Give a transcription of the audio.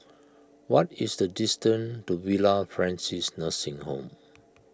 what is the distance to Villa Francis Nursing Home